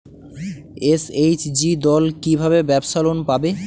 SHG দল কী ভাবে ব্যাবসা লোন পাবে?